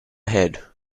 head